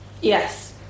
yes